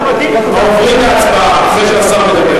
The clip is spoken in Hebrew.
עוברים להצבעה אחרי שהשר מדבר.